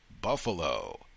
Buffalo